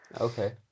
Okay